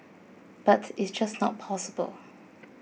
but it's just not possible